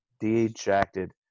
dejected